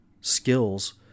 skills